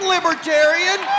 Libertarian